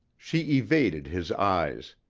she evaded his eyes.